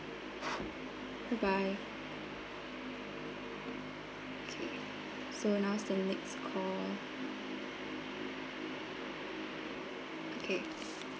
goodbye okay so now is the next call okay